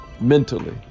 mentally